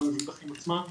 גם למבוטחים עצמם.